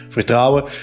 vertrouwen